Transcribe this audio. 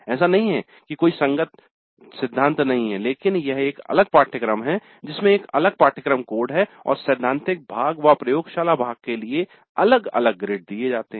ऐसा नहीं है कि कोई संगत सिद्धांत थ्योरी theory नहीं है लेकिन यह एक अलग पाठ्यक्रम है जिसमें एक अलग पाठ्यक्रम कोड है और सैद्धांतिक भाग व प्रयोगशाला भाग के लिए अलग अलग ग्रेड दिए जाते हैं